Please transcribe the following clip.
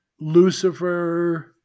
Lucifer